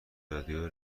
رادیو